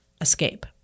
escape